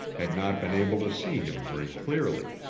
had not been able to see him very clearly.